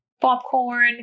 popcorn